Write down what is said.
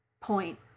point